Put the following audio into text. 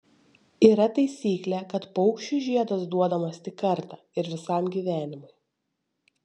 yra taisyklė kad paukščiui žiedas duodamas tik kartą ir visam gyvenimui